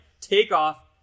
takeoff